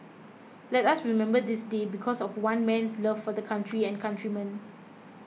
let us remember this day because of one man's love for the country and countrymen